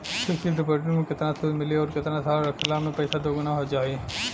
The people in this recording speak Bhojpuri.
फिक्स डिपॉज़िट मे केतना सूद मिली आउर केतना साल रखला मे पैसा दोगुना हो जायी?